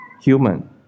human